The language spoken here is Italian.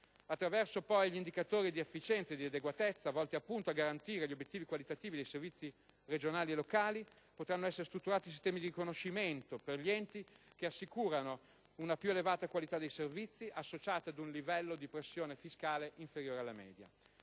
Attraverso poi gli indicatori di efficienza e di adeguatezza, volti appunto a garantire obiettivi qualitativi dei servizi regionali e locali, potranno essere strutturati sistemi di riconoscimento per gli enti che assicurano una più elevata qualità dei servizi associata ad un livello di pressione fiscale inferiore alla media,